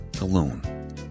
alone